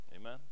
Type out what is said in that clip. Amen